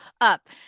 up